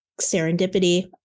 serendipity